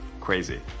Crazy